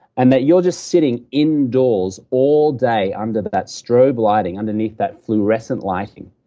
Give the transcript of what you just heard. and that you're just sitting indoors all day under that that strobe lighting, underneath that fluorescent lighting.